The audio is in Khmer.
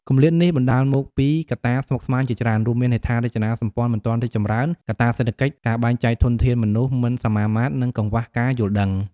គម្លាតនេះបណ្តាលមកពីកត្តាស្មុគស្មាញជាច្រើន រួមមានហេដ្ឋារចនាសម្ព័ន្ធមិនទាន់រីកចម្រើន កត្តាសេដ្ឋកិច្ច ការបែងចែកធនធានមនុស្សមិនសមាមាត្រ និងកង្វះការយល់ដឹង។